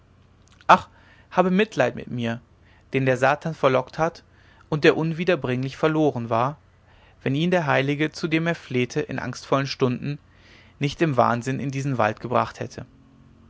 ach habe mitleid mit mir den der satan verlockt hat und der unwiederbringlich verloren war wenn ihn der heilige zu dem er flehte in angstvollen stunden nicht im wahnsinn in diesen wald gebracht hätte